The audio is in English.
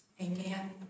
Amen